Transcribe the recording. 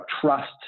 trust